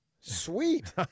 Sweet